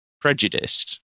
prejudiced